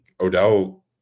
Odell